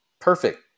perfect